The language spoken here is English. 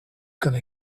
gonna